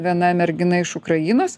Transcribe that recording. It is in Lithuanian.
viena mergina iš ukrainos